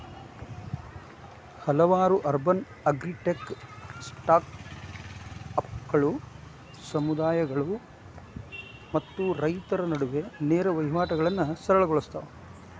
ಹಲವಾರು urban agritech ಸ್ಟಾರ್ಟ್ಅಪ್ಗಳು ಸಮುದಾಯಗಳು ಮತ್ತು ರೈತರ ನಡುವೆ ನೇರ ವಹಿವಾಟುಗಳನ್ನಾ ಸರಳ ಗೊಳ್ಸತಾವ